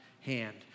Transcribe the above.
hand